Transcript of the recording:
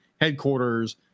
headquarters